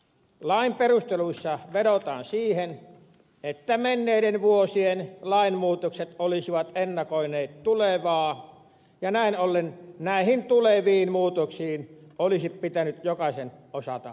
lain perusteluissa vedotaan siihen että menneiden vuosien lainmuutokset olisivat ennakoineet tulevaa ja näin ollen näihin tuleviin muutoksiin olisi pitänyt jokaisen osata varautua